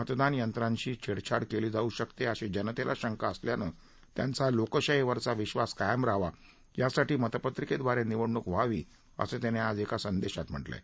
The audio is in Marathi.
मतदान यंत्रांशी छेडछाड केली जाऊ शकते अशी जनतेला शंका असल्यानं त्यांचा लोकशाहीवरील विश्वास कायम रहावा यासाठी मतपत्रिकेद्वारे निवडणूक व्हावी असं त्यांनी आज एका संदेशात म्हटलं आहे